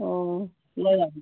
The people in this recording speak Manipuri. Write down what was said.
ꯑꯣ